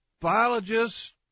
biologist